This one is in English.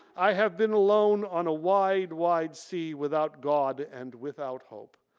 i have been alone on a wide, wide sea without god and without hope.